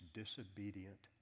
disobedient